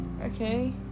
Okay